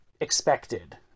expected